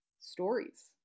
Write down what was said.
stories